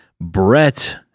Brett